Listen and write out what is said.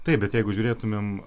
taip bet jeigu žiūrėtumėm